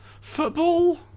Football